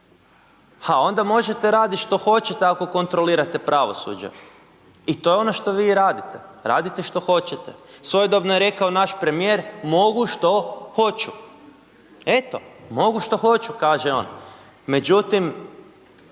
pa onda možete raditi što hoćete ako kontrolirate pravosuđe i to je ono što vi radite, radite što hoćete. Svojedobno je rekao naš premijer mogu što hoću. Eto, mogu što hoću, kaže on međutim